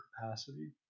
capacity